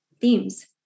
themes